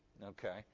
Okay